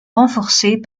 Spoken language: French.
renforcés